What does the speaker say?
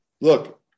look